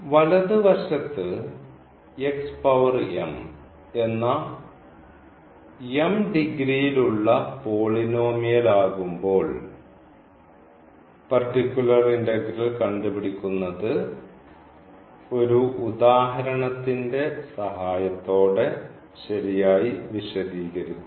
വലതുവശത്ത് എന്ന ഡിഗ്രിയിൽ ഉള്ള പോളിനോമിയൽ ആകുമ്പോൾ പർട്ടിക്കുലർ ഇന്റഗ്രൽ കണ്ടുപിടിക്കുന്നത് ഒരു ഉദാഹരണത്തിന്റെ സഹായത്തോടെ ശരിയായി വിശദീകരിക്കുന്നു